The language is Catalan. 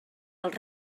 els